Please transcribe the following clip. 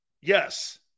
yes